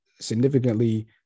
significantly